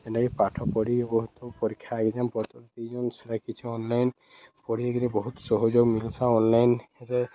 ଯେନ୍ଟାକି ପାଠ ପଢ଼ିକି ବହୁତ ପରୀକ୍ଷା ଏକ୍ଜାମ୍ ପତର୍ ଦିଚନ୍ ସେଟା କିଛି ଅନ୍ଲାଇନ୍ ପଢ଼ିକିରି ବହୁତ୍ ସହଯୋଗ ମିଲୁଥାଏ ଅନ୍ଲାଇନ୍